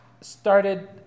started